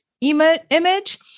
image